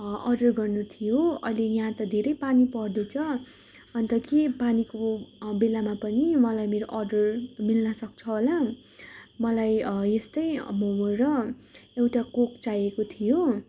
order गर्नु थियो अहिले यहाँ त धेरै पानी पर्दैछ अन्त के पानीको बेलामा पनि मलाई मेरो अर्डर मिल्नसक्छ होला मलाई यस्तै मोमो र एउटा कोक चाहिएको थियो